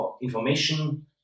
information